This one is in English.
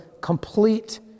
complete